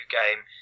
game